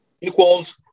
equals